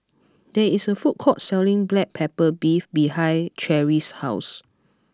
there is a food court selling Black Pepper Beef behind Cherry's house